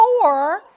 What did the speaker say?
four